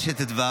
יש את ו'.